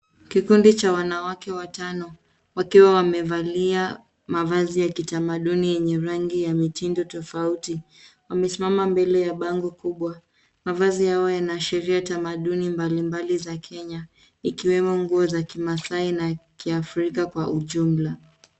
Kikundi cha wanawake watano wakiwa wamevalia mavazi ya kitamaduni yenye rangi ya mitindo tofauti. Wamesimama mbele ya bango kubwa. mavazi yao yanaashiria tamaduni mbalimbali za Kenya ikiwemo nguo za kimaasai na kiafrika kwa jumla.